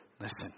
Listen